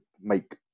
make